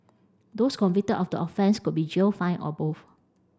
those convicted of the offence could be jailed fined or both